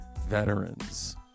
veterans